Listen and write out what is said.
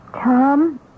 Tom